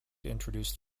introduced